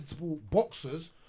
boxers